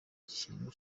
kintu